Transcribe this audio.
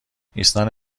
ایسنا